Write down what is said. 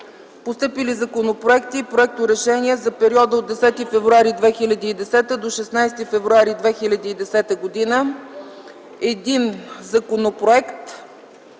Постъпили законопроекти и проекторешения за периода от 10 февруари до 16 февруари 2010 г.: Законопроект